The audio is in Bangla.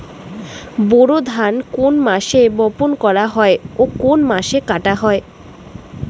বোরো ধান কোন মাসে বপন করা হয় ও কোন মাসে কাটা হয়?